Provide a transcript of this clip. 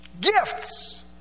Gifts